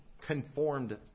conformed